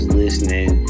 listening